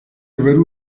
aver